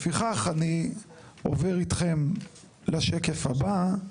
לפיכך אני עובר אתכם לשקף הבא.